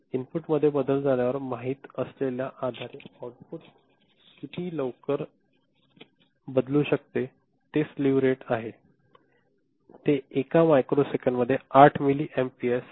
इनपुटमध्ये बदल झाल्यावर माहित असलेल्या आधारे आउटपुट किती लवकर बदलू शकतो हे स्लेव्ह रेट आहे ते एका मायक्रोसेकंदमध्ये 8 मिलिंपेयर आहे